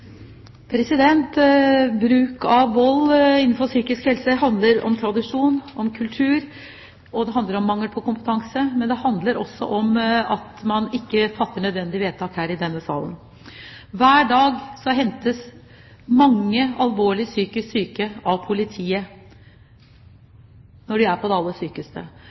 kompetanse. Men det handler også om at man ikke fatter nødvendige vedtak i denne salen. Hver dag hentes mange alvorlig psykisk syke av politiet når de er på det aller sykeste.